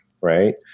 right